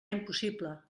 impossible